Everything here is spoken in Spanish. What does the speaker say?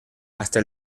hasta